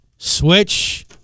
Switch